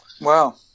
Wow